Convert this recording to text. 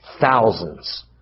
thousands